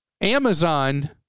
Amazon